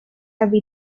have